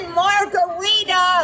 margarita